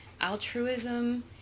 altruism